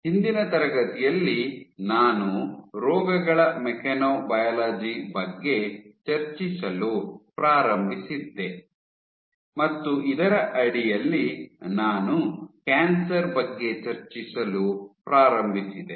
ಹಿಂದಿನ ತರಗತಿಯಲ್ಲಿ ನಾನು ರೋಗಗಳ ಮೆಕ್ಯಾನೊಬಯಾಲಜಿ ಬಗ್ಗೆ ಚರ್ಚಿಸಲು ಪ್ರಾರಂಭಿಸಿದ್ದೆ ಮತ್ತು ಇದರ ಅಡಿಯಲ್ಲಿ ನಾನು ಕ್ಯಾನ್ಸರ್ ಬಗ್ಗೆ ಚರ್ಚಿಸಲು ಪ್ರಾರಂಭಿಸಿದೆ